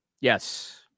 Yes